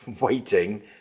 waiting